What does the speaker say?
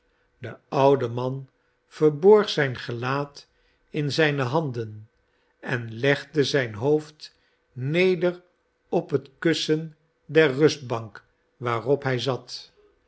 de oude man verborg zijn gelaat in zijne handen en legde zijn hoofd neder op het kussen der rustbank waarop hij zat